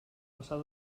passar